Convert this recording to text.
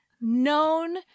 known